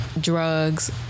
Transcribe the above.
drugs